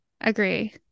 agree